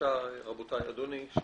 בבקשה אדוני.